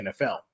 NFL